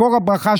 מקור הברכה,